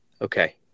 Okay